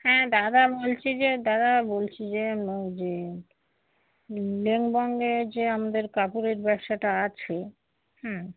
হ্যাঁ দাদা বলছি যে দাদা বলছি যে ওই যে লেংবঙ্গের যে আমাদের কাপড়ের ব্যবসাটা আছে হুম